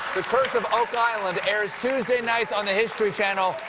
the curse of oak island airs tuesday nights on the history channel,